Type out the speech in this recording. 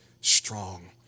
strong